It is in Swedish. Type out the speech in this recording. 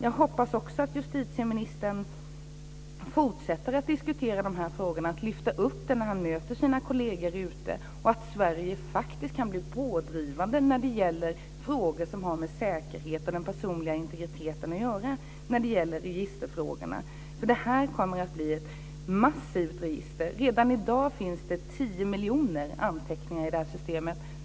Jag hoppas också att justitieministern fortsätter att diskutera frågorna och lyfter upp dem framöver när han möter sina kolleger. Sverige kan faktiskt vara pådrivande i registerfrågor när det gäller säkerhet och den personliga integriteten. Det kommer att bli ett massivt register. Redan i dag finns 10 miljoner anteckningar i systemet.